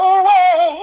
away